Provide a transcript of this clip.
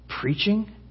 Preaching